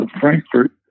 Frankfurt